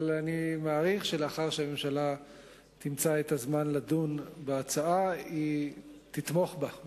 אבל אני מעריך שלאחר שהממשלה תמצא את הזמן לדון בהצעה היא תתמוך בה,